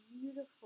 beautiful